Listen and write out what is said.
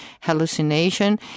hallucination